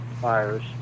fires